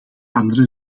andere